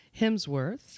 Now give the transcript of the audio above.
Hemsworth